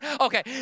okay